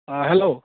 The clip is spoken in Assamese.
অঁ হেল্ল'